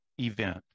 event